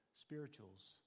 spirituals